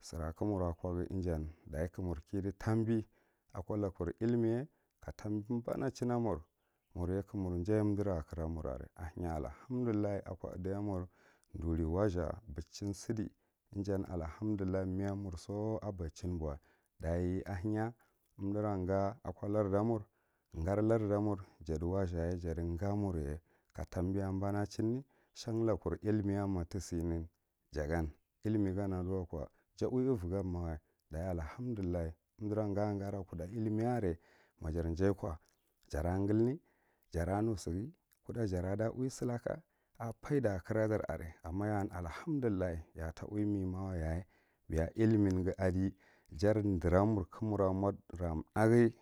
Sira ka mur koghi ijanne dachi ka mur kidi tambi ako lokur illiye ka tambi banachina mur murye ka mur jaye umdira kra mirah aheniya allahmdullah ako iday mur diri waziha badichin sidi ijan allahamdullah mie murso abadi chin boh dachi ahenya umdira ga ako lard amur gar ladu mur jati wazihaye jati got murye ka tamboya banachin ne shan lakur illimiyan tisane jagan illimi gan aduwako j uwiavigan mawa dachin allahamdillah umdira gagara kildda illimi are majar jiye ko jara ng=llime gara sighi kudda jara da uwi silako a faida kradar aree amma ya an allahamdillah ya ata uwi mema wayaye beya illimineghi adiye jar dire mur ka mura moddira th’aghi